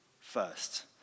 First